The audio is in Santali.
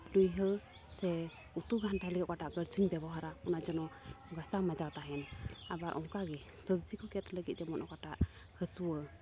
ᱞᱩᱭᱦᱟᱹ ᱥᱮ ᱩᱛᱩ ᱜᱷᱟᱱᱴᱟᱭ ᱞᱟᱹᱜᱤᱫ ᱚᱠᱟᱴᱟᱜ ᱠᱟᱲᱪᱩᱧ ᱵᱮᱵᱚᱦᱟᱨᱟ ᱚᱱᱟ ᱡᱮᱱᱚ ᱜᱟᱥᱟᱣ ᱢᱟᱡᱟᱣ ᱛᱟᱦᱮᱱ ᱟᱵᱟᱨ ᱚᱱᱠᱟ ᱜᱮ ᱥᱚᱵᱡᱤ ᱠᱚ ᱜᱮᱫ ᱞᱟᱹᱜᱤᱫ ᱡᱮᱢᱚᱱ ᱚᱠᱟᱴᱟᱜ ᱦᱟᱺᱥᱩᱣᱟᱹ